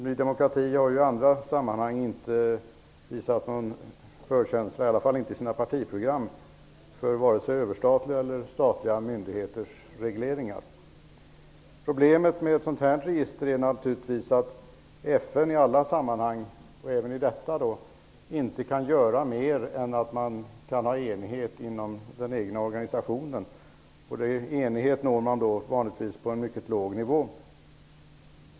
Ny demokrati har inte i andra sammanhang, i varje fall inte i sina partiprogram, visat sig ha någon förkärlek för vare sig överstatliga eller statliga myndigheters regleringar. Problemet med ett sådant här register är naturligtvis att FN aldrig kan göra mer än att nå enighet inom den egna organisationen. Den enigheten når man vanligtvis på en mycket låg nivå.